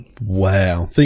wow